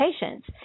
patients